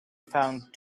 found